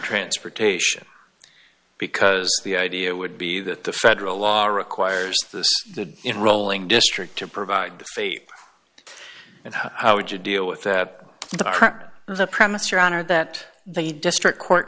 transportation because the idea would be that the federal law requires the in rolling district to provide faith and how would you deal with that the current the premise your honor that the district court